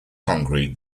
concrete